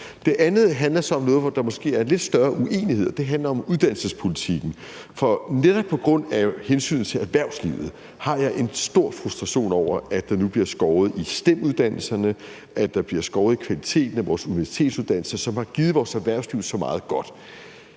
Det andet handler så om noget, hvor der måske er lidt større uenighed. Det handler om uddannelsespolitikken. For netop på grund af hensynet til erhvervslivet har jeg en stor frustration over, at der nu bliver skåret i STEM-uddannelserne, at der bliver skåret i kvaliteten af vores universitetsuddannelser, som har givet vores erhvervsliv så meget godt.